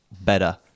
better